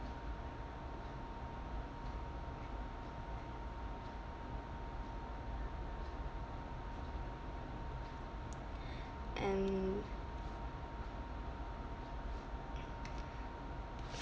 and